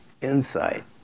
insight